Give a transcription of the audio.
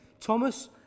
Thomas